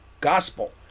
gospel